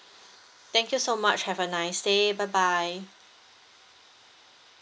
thank you so much have a nice day bye bye